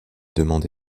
demandé